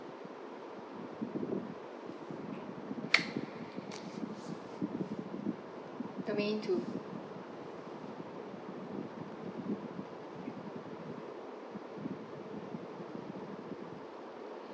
domain two